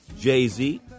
Jay-Z